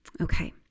Okay